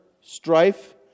strife